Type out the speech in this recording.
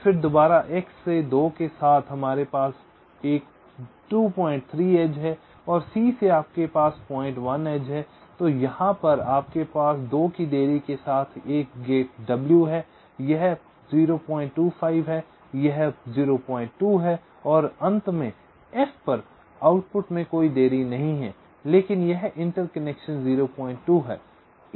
फिर दोबारा x से 2 के साथ हमारे पास एक 23 एज है और c से आपके पास एक 01 एज है और यहां पर आपके पास 2 की देरी के साथ एक गेट w है यह 025 है यह 02 है और अंत में f पर आउटपुट में कोई देरी नहीं है लेकिन यह इंटरकनेक्शन 02 है